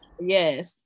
yes